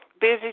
busy